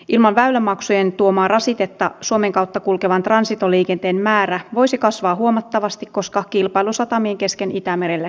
ilman väylämaksujen tuomaa rasitetta suomen kautta kulkevan transitoliikenteen määrä voisi kasvaa huomattavasti koska kilpailu satamien kesken itämerellä kiihtyy